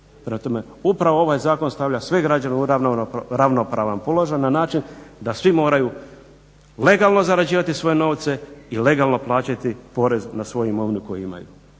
Prema tome, upravo ovaj zakon stavlja sve građane u ravnopravan položaj na način da svi moraju legalno zarađivati svoje novce i legalno plaćati porez na svoju imovinu koju imaju